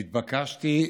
נתבקשתי,